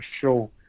show